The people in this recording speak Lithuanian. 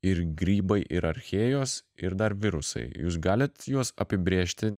ir grybai ir archėjos ir dar virusai jūs galit juos apibrėžti